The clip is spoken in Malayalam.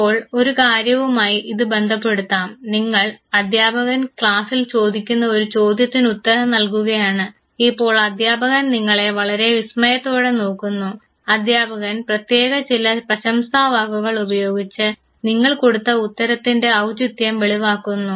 ഇപ്പോൾ ഒരു കാര്യവുമായി ഇത് ബന്ധപ്പെടുത്താം നിങ്ങൾ അധ്യാപകൻ ക്ലാസിൽ ചോദിക്കുന്ന ഒരു ചോദ്യത്തിനുത്തരം നൽകുകയാണ് ഇപ്പോൾ അധ്യാപകൻ നിങ്ങളെ വളരെ വിസ്മയത്തോടെ നോക്കുന്നു അധ്യാപകൻ പ്രത്യേക ചില പ്രശംസാ വാക്കുകൾ ഉപയോഗിച്ച് നിങ്ങൾ കൊടുത്ത ഉത്തരത്തിൻറെ ഔചിത്യം വെളിവാക്കുന്നു